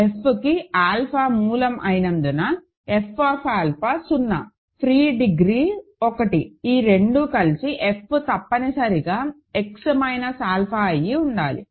fకి alpha మూలం ఉన్నందున f alpha 0 free degree 1 ఈ 2 కలిసి f తప్పనిసరిగా X మైనస్ ఆల్ఫా అయి ఉండాలి